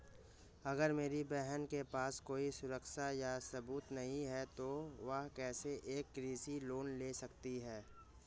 अगर मेरी बहन के पास कोई सुरक्षा या सबूत नहीं है, तो वह कैसे एक कृषि लोन ले सकती है?